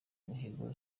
mihigo